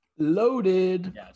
Loaded